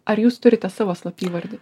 ar jūs turite savo slapyvardį